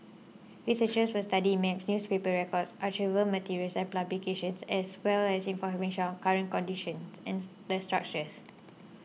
researchers will study maps newspaper records archival materials and publications as well as information on current conditions and the structures